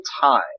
time